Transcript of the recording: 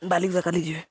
ଡାଲି ତରକାରି ନେଇଯିବେ